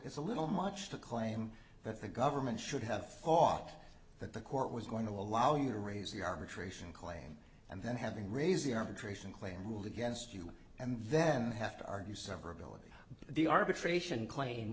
it's a little much to claim that the government should have off that the court was going to allow you to raise the arbitration claim and then having raese arbitration claim ruled against you and then have to argue severability the arbitration cla